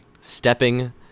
stepping